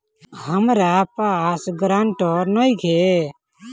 हमरा पास ग्रांटर नइखे?